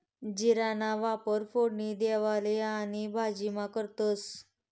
जीराना वापर फोडणी देवाले आणि भाजीमा करतंस